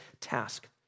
task